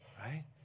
right